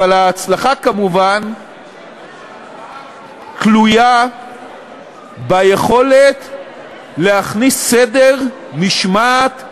אבל ההצלחה כמובן תלויה ביכולת להכניס סדר, משמעת,